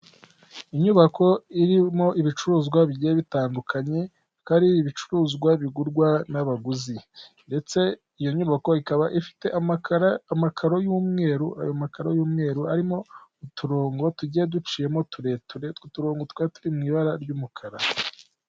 Inyubako irimo ibicuruzwa bigiye bitandukanye kuko ari ibicuruzwa bigurwa n'abaguzi, ndetse iyo nyubako ikaba ifite amakara, amakaro y'umweru, ayo makaro y'umweru arimo uturongo tugiye duciyemo tureture utwo turongo tukaba turi mw'ibara ry'umukara.